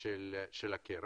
של הקרן.